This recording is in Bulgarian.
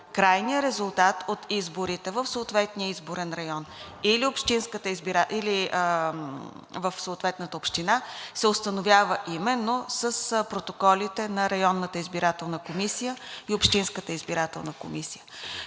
крайният резултат от изборите в съответния изборен район или в съответната община, се установява именно с протоколите на районната избирателна комисия и общинската избирателна комисия.